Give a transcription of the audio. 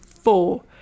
four